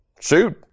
Shoot